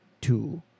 two